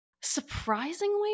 Surprisingly